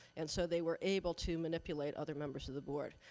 and so they were able to manipulate other members of the board,